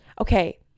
okay